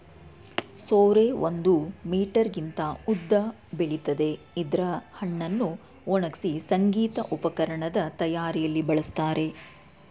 ಸೋರೆ ಒಂದು ಮೀಟರ್ಗಿಂತ ಉದ್ದ ಬೆಳಿತದೆ ಇದ್ರ ಹಣ್ಣನ್ನು ಒಣಗ್ಸಿ ಸಂಗೀತ ಉಪಕರಣದ್ ತಯಾರಿಯಲ್ಲಿ ಬಳಸ್ತಾರೆ